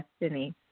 destiny